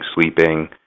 sleeping